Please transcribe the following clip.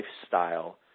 lifestyle